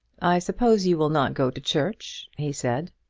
i suppose you will not go to church? he said.